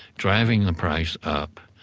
driving the price up,